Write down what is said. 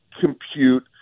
compute